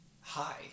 hi